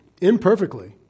imperfectly